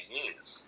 years